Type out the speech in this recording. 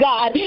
God